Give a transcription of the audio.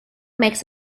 makes